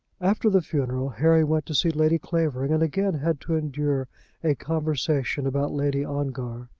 after the funeral harry went to see lady clavering, and again had to endure a conversation about lady ongar.